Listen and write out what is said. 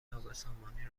نابسامانی